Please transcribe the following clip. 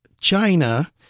China